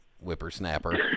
whippersnapper